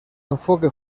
enfoque